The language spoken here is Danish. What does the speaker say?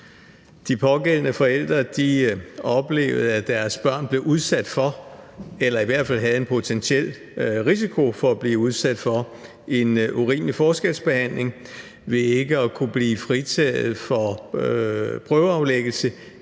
blev udsat for, eller i hvert fald havde en potentiel risiko for at blive udsat for en urimelig forskelsbehandling ved ikke at kunne blive fritaget for prøveaflæggelse